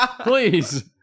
Please